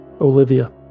Olivia